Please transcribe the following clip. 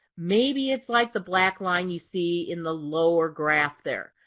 maybe it's like the black line you see in the lower graph there.